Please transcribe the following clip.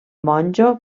monjo